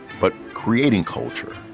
but creating culture,